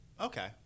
Okay